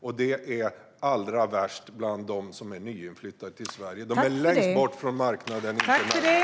Allra värst är det bland dem som är nyinflyttade till Sverige. De är längst bort från marknaden, inte närmast.